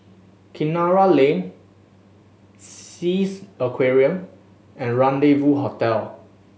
Kinara Lane Sea Aquarium and Rendezvous Hotel